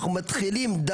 אנחנו מתחילים,